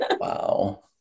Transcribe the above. Wow